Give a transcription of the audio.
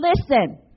Listen